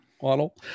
Waddle